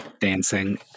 dancing